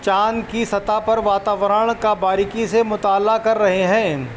چاند کی سطح پر واتاورن کا باریکی سے مطالعہ کر رہے ہیں